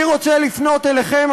אני רוצה לפנות אליכם,